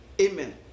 Amen